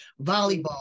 volleyball